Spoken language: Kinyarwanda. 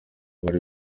bari